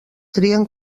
trien